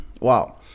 wow